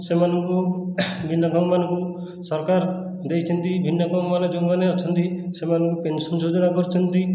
ସେମାନଙ୍କୁ ଭିନ୍ନକ୍ଷମ ମାନଙ୍କୁ ସରକାର ଦେଇଛନ୍ତି ଭିନ୍ନକ୍ଷମମାନେ ଯେଉଁମାନେ ଅଛନ୍ତି ସେମାନଙ୍କୁ ପେନସନ୍ ଯୋଜନା କରିଛନ୍ତି